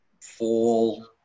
fall